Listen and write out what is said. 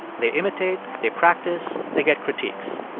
they imitate. they practice. they get critiques.